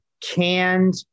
canned